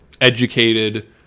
educated